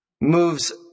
moves